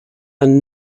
and